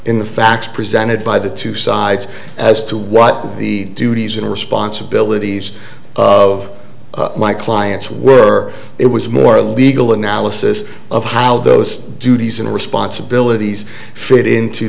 in the facts presented by the two sides as to what the duties and responsibilities of my clients were it was more a legal analysis of how those duties and responsibilities fit into